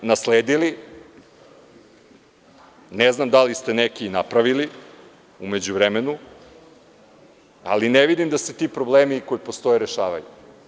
Probleme ste nasledili, ne znam da li ste neki napravili u međuvremenu, ali ne vidim da se ti problemi koji postoje rešavaju.